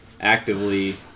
actively